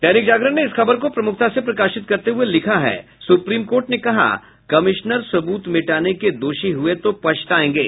दैनिक जागरण ने इस खबर को प्रमुखता से प्रकाशित करते हुए लिखा है सुप्रीम कोर्ट ने कहा कमिश्नर सुबूत मिटाने के दोषी हुए तो पछताएंगे